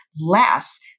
less